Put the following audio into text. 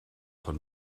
von